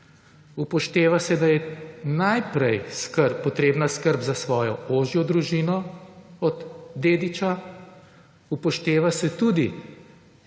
Upošteva se, da je najprej potrebna skrb za svojo ožjo družino od dediča. Upošteva se tudi